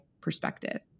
perspective